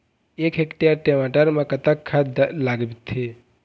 एक हेक्टेयर टमाटर म कतक खाद लागथे?